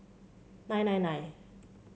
nine nine nine